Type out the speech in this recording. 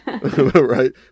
right